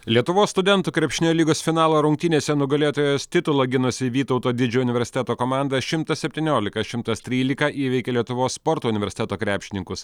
lietuvos studentų krepšinio lygos finalo rungtynėse nugalėtojos titulą ginusi vytauto didžiojo universiteto komanda šimtas sepyniolika šimtas trylika įveikė lietuvos sporto universiteto krepšininkus